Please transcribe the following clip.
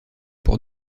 pour